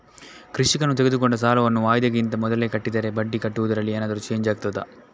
ಕೃಷಿಕನು ತೆಗೆದುಕೊಂಡ ಸಾಲವನ್ನು ವಾಯಿದೆಗಿಂತ ಮೊದಲೇ ಕಟ್ಟಿದರೆ ಬಡ್ಡಿ ಕಟ್ಟುವುದರಲ್ಲಿ ಏನಾದರೂ ಚೇಂಜ್ ಆಗ್ತದಾ?